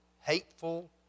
hateful